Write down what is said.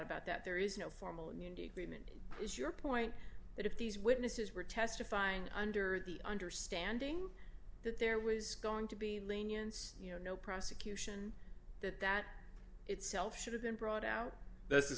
about that there is no formal arraignment is your point that if these witnesses were testifying under the understanding that there was going to be lenience you know prosecution that that itself should have been brought out this is